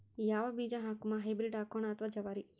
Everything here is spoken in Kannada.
ಯಾವ ಬೀಜ ಹಾಕುಮ, ಹೈಬ್ರಿಡ್ ಹಾಕೋಣ ಅಥವಾ ಜವಾರಿ?